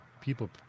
people